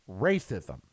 racism